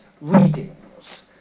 readings